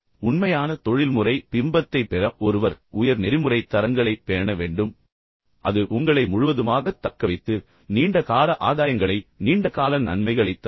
ஒரு உண்மையான தொழில்முறை பிம்பத்தைப் பெற ஒருவர் உயர் நெறிமுறைத் தரங்களைப் பேண வேண்டும் அது உங்களை முழுவதுமாகத் தக்கவைத்து நீண்ட கால ஆதாயங்களை நீண்ட கால நன்மைகளைத் தரும்